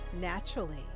naturally